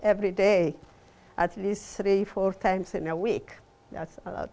every day at least three four times in a week that's